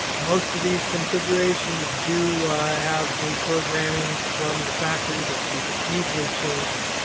most of these configurations do have a programming from the factory but you can easily change em.